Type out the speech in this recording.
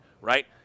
right